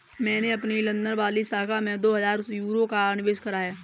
मैंने अपनी लंदन वाली शाखा में दो हजार यूरो का निवेश करा है